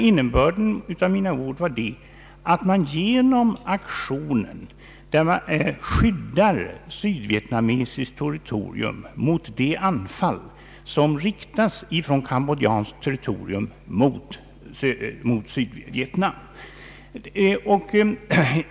Innebörden var att man genom aktionen skyddar Sydvietnams territorium mot de anfall som riktas från cambodjanskt territorium mot Sydvietnam.